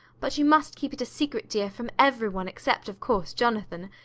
but you must keep it a secret, dear, from every one, except, of course, jonathan.